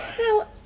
Now